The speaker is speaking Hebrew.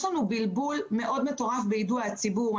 יש לנו בלבול מטורף ביידוע הציבור.